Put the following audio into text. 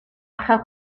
rhowch